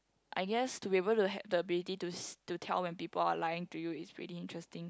I guess to be able to have the ability to see to tell when people are lying to you is really interesting